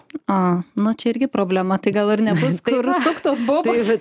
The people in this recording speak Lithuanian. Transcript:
a nu čia irgi problema tai gal ar nebus kur suktos bobos